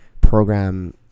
program